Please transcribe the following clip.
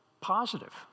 positive